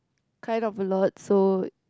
kind of a lot so